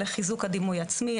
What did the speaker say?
לחיזוק הדימוי עצמי,